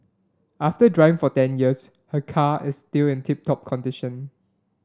after drive for ten years her car is still in tip top condition